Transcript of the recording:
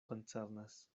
koncernas